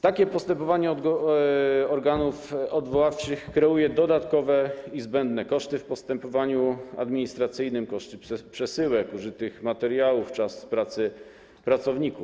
Takie postępowanie organów odwoławczych kreuje dodatkowe i zbędne koszty w postępowaniu administracyjnym: przesyłek, użytych materiałów, czasu pracy pracowników.